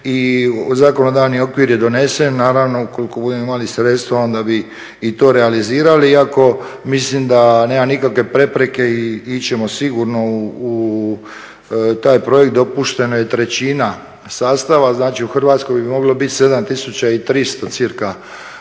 i zakonodavni okvir je donesen, naravno ukoliko budemo imali sredstva onda bi i to realizirali, iako mislim da nema nikakve prepreke i ići ćemo sigurno u taj projekt. Dopušteno je trećina sastava, znači u Hrvatskoj bi moglo biti 7300 cca